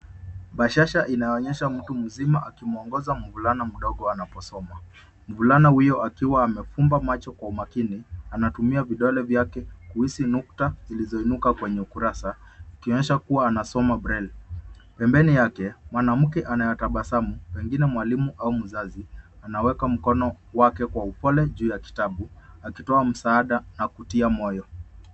Bashasha inaonyesha mtu mzima akimwongoza mvulana mdogo anaposoma. Mvulana huyo akiwa amefumba macho kwa makini, anatumia vidole vyake kuhisi nukta zilizoinuka kwenye kurasa, ikionyesha kuwa anasoma breli. Pembeni yake mwanamke anayetabasamu, pengine mwalimu au mzazi, anaweka mkono wake kwa upole juu ya kitabu, akitoa msaada na kutia...